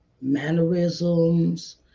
mannerisms